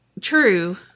true